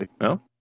no